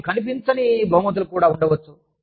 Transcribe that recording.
మీకు కనిపించని బహుమతులు కూడా ఉండవచ్చు